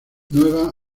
nueva